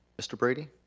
mr. brady.